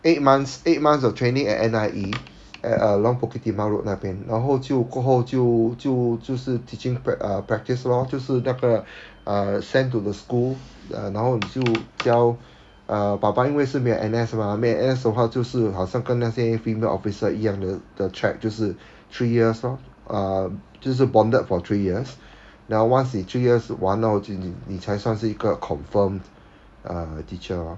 eight months eight months of training at N_I_E at along bukit timah road 那边然后就过后就就就是 teaching prac~ uh practice lor 就是那个 ah send to the school 然后就教 uh 爸爸因为是没有 N_S mah 没有 N_S 的话就是好像跟那些 female officer 一样的的 track 就是 three years lor uh 就是 bonded for three years 然后 once 你 three years 完了后就你你才算是一个 confirmed uh teacher lor